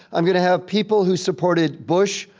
i'm gonna have people who supported bush,